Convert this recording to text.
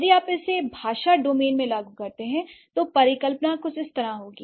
यदि आप इसे भाषा डोमेन में लागू करते हैं तो परिकल्पना कुछ इस तरह होगी